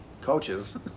coaches